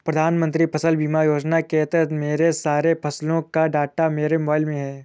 प्रधानमंत्री फसल बीमा योजना के तहत मेरे सारे फसलों का डाटा मेरे मोबाइल में है